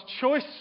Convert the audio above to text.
choice